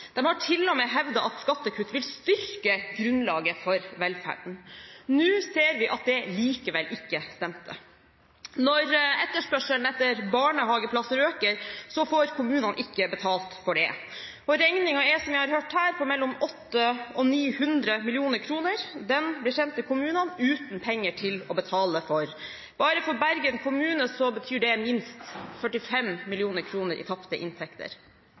har til og med hevdet at skattekutt vil styrke grunnlaget for velferden. Nå ser vi at det likevel ikke stemte. Når etterspørselen etter barnehageplasser øker, får kommunene ikke betalt for det. Regningen er, som vi har hørt her, på mellom 800 mill. kr og 900 mill. kr. Den blir sendt til kommunene, uten penger til å betale den med. Bare for Bergen kommune betyr det minst 45 mill. kr i tapte inntekter.